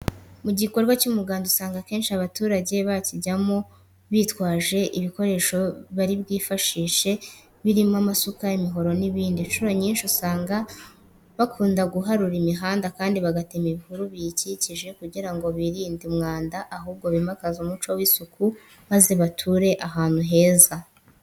Mu gikorwa cy'umuganda usanga akenshi abaturage bakijyamo bitwaje ibikoresho bari bwifashishe birimo amasuka, imihoro n'ibindi. Incuro nyinshi usanga bakunda guharura imihanda kandi bagatema n'ibihuru biyikikije kugira ngo birinde umwanda ahubwo bimakaze umuco w'isuku maze bature ahantu heza.